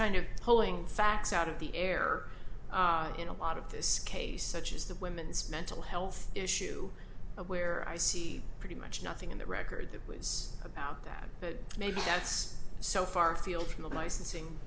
kind of pulling facts out of the air in a lot of this case such as the women's mental health issue where i see pretty much nothing in the record that was ready about that but maybe that's so far afield from the licensing